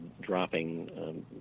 dropping